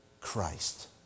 Christ